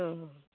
औ